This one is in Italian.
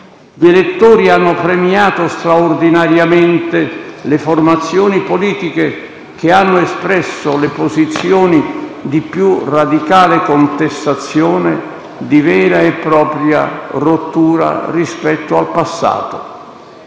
Gli elettori hanno premiato straordinariamente le formazioni politiche che hanno espresso le posizioni di più radicale contestazione, di vera e propria rottura rispetto al passato.